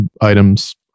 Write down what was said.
items